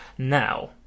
Now